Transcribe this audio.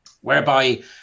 whereby